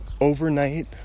overnight